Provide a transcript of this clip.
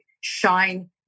shine